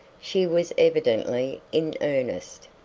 she was evidently in earnest.